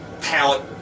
palette